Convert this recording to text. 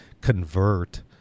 convert